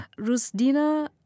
Rusdina